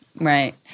Right